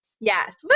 Yes